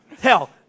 Hell